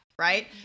right